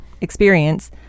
experience